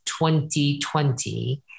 2020